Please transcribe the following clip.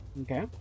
Okay